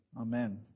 Amen